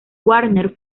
warner